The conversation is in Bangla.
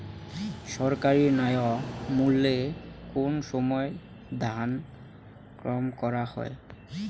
সরকারি ন্যায্য মূল্যে কোন সময় ধান ক্রয় করা হয়?